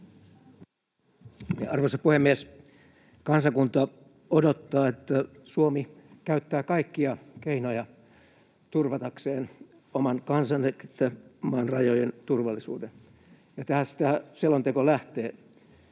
Arvoisa puhemies! Kansakunta odottaa, että Suomi käyttää kaikkia keinoja turvatakseen oman kansansa ja maan rajojen turvallisuuden. Ja tästä selonteko lähtee.